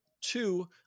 Two